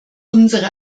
unsere